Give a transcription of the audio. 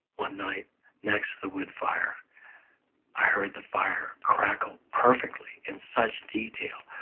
one night next to the wood fire i heard the fire crackle perfectly in such detail.